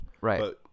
right